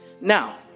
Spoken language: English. Now